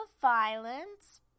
violence